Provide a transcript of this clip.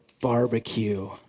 barbecue